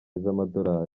z’amadolari